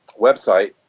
website